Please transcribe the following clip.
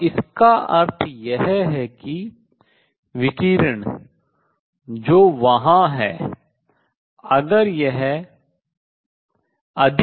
और इसका अर्थ यह है कि यह विकिरण जो वहां है अगर यह अधिक से अधिक हो जाता है